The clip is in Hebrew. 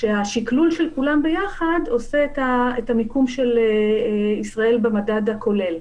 כשהשקלול של כולם ביחד עושה את המיקום של ישראל במדד הכולל.